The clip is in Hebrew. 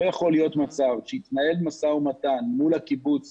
לא יכול להיות מצב שיתנהל משא ומתן מול הקיבוץ